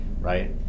right